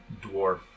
dwarf